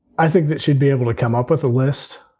i think that she'd be able to come up with a list.